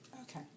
okay